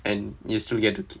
and you still get to